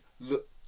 look